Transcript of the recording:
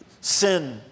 Sin